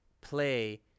play